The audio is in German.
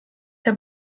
herr